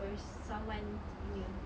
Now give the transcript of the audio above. pers~ someone punya